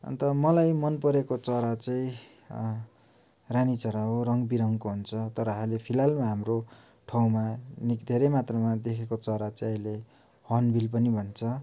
अन्त मलाई मनपरेको चरा चाहिँ रानीचरा हो रङबिरङको हुन्छ तर अहिले फिलहाल हाम्रो ठाउँमा नि धेरै मात्रामा देखेको चरा चाहिँ अहिले हर्नबिल पनि भन्छ